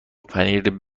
پنیر